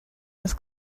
was